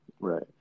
Right